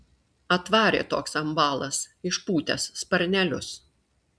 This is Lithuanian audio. atvarė toks ambalas išpūtęs sparnelius